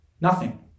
Nothing